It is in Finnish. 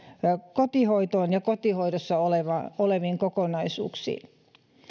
kotihoitoon ja kotihoidossa oleviin kokonaisuuksiin